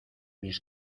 mis